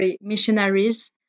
missionaries